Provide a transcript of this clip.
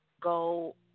go